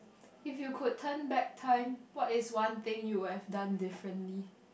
if you could turn back time what is one thing you would have done differently